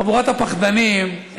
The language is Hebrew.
חבורת הפחדנים,